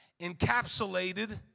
encapsulated